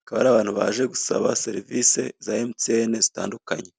Hakaba hari abantu baje gusaba serivise za mtn zitandukanye.